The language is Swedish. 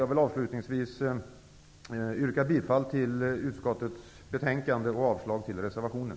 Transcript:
Jag vill avslutningsvis yrka bifall till utskottets hemställan och avslag på reservationen.